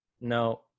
no